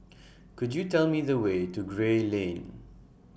Could YOU Tell Me The Way to Gray Lane